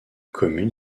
commune